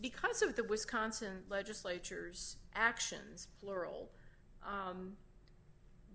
because of the wisconsin legislature's actions plural